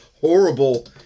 horrible